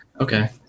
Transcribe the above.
Okay